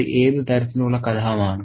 അത് ഏത് തരത്തിലുള്ള കലഹമാണ്